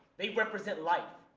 they represent life.